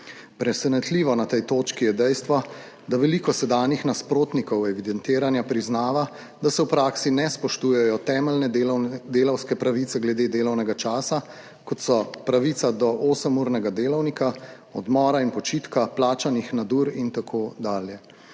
Presenetljivo na tej točki je dejstvo, da veliko sedanjih nasprotnikov evidentiranja priznava, da se v praksi ne spoštujejo temeljne delavske pravice glede delovnega časa, kot so pravica do osemurnega delavnika, odmora in počitka, plačanih nadur in tako dalje.